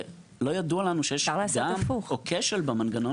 ולא ידוע לנו שיש פגם או כשל במנגנון